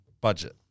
Budget